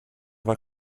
war